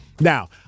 now